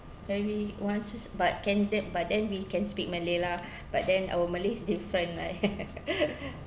maybe once is but can they but then we can speak malay lah but then our malay is different right